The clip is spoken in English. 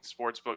Sportsbook